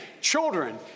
children